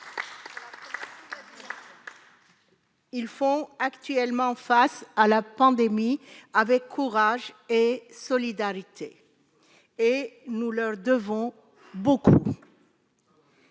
Ils font actuellement face à la pandémie, avec courage et solidarité et nous leur devons beaucoup.